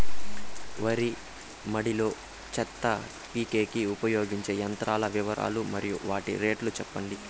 వరి మడి లో చెత్త పీకేకి ఉపయోగించే యంత్రాల వివరాలు మరియు వాటి రేట్లు చెప్పండి?